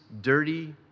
dirty